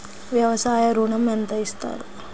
వ్యవసాయ ఋణం ఎంత ఇస్తారు?